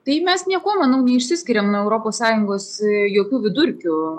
tai mes niekuo manau neišsiskiriam nuo europos sąjungos jokių vidurkių